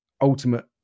ultimate